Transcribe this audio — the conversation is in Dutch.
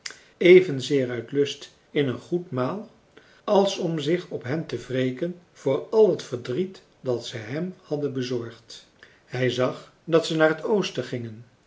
evenzeer uit lust in een goed maal als om zich op hen te wreken voor al het verdriet dat ze hem hadden bezorgd hij zag dat ze naar het oosten gingen